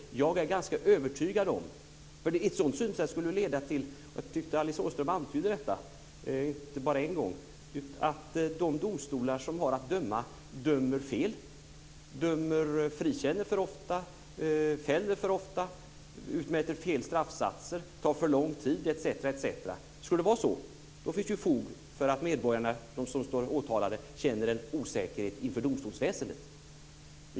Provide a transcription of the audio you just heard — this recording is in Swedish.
Ett sådant synsätt skulle leda till - och jag tyckte att Alice Åström antydde det, och inte bara en gång - att domstolarna dömer fel. De frikänner för ofta, fäller för ofta, utmäter fel straffsatser, tar för lång tid på sig etc. Skulle det vara så, då finns det fog för att de som står åtalade känner en osäkerhet inför domstolsväsendet.